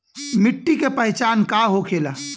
मिट्टी के पहचान का होखे ला?